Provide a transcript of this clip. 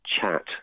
chat